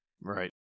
Right